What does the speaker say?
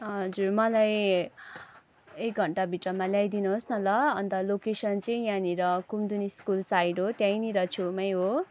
हजुर मलाई एक घन्टाभित्रमा ल्याइदिनुहोस् न ल अन्त लोकेसन चाहिँ यहाँनिर कुमुदिनी स्कुल साइड हो त्यहीँनिर छेउमै हो